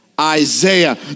Isaiah